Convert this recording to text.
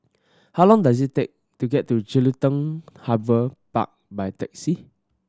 how long does it take to get to Jelutung Harbour Park by taxi